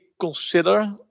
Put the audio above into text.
consider